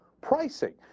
pricing